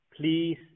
please